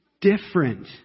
different